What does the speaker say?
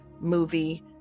movie